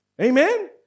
Amen